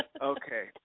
Okay